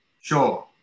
Sure